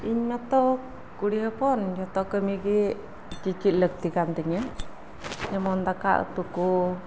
ᱤᱧ ᱢᱟᱛᱚ ᱠᱩᱲᱤ ᱦᱚᱯᱚᱱ ᱡᱚᱛᱚ ᱠᱟᱹᱢᱤ ᱜᱮ ᱪᱮᱪᱮᱫ ᱞᱟᱹᱠᱛᱤ ᱠᱟᱱ ᱛᱤᱧᱟᱹ ᱡᱮᱢᱚᱱ ᱫᱟᱠᱟ ᱩᱛᱩ ᱠᱚ